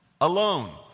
Alone